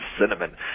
cinnamon